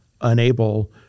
unable